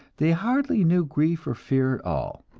they hardly knew grief or fear at all.